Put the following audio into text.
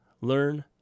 learn